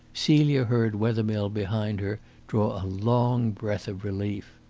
celia heard wethermill behind her draw a long breath of relief.